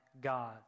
God